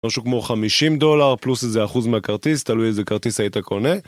משהו כמו 50 דולר פלוס איזה אחוז מהכרטיס, תלוי איזה כרטיס היית קונה